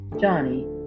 Johnny